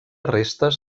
restes